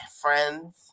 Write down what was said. friends